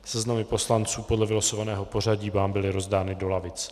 Seznamy poslanců podle vylosovaného pořadí vám byly rozdány do lavic.